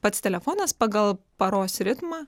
pats telefonas pagal paros ritmą